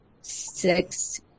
six